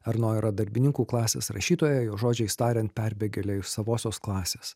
erno yra darbininkų klasės rašytoja jos žodžiais tariant perbėgėlė iš savosios klasės